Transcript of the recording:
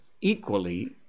equally